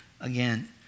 again